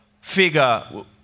figure